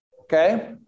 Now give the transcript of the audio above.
Okay